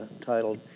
titled